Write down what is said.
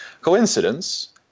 Coincidence